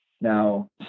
Now